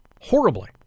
Horribly